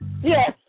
Yes